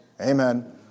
amen